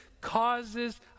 causes